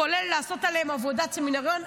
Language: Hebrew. כולל לעשות עליהם עבודת סמינריון.